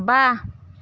बा